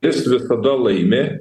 ris visada laimi